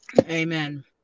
amen